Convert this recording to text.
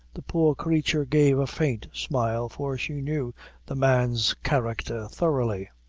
the poor creature gave a faint smile, for she knew the man's character thoroughly.